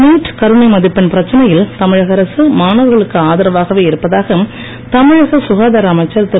NEET கருணை மதிப்பெண் பிரச்சனையில் தமிழக அரசு மாணவர்களுக்கு ஆதரவாகவே இருப்பதாக தமிழக ககாதார அமைச்சர் திரு